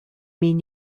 mean